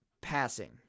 passing